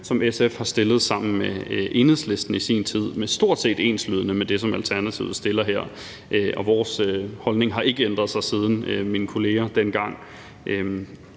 som SF har fremsat sammen med Enhedslisten i sin tid. Det var stort set enslydende med det, som Alternativet fremsætter her, og vores holdning har ikke ændret sig, siden mine kolleger dengang